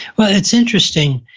well it's interesting.